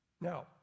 Now